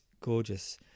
gorgeous